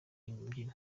imbyino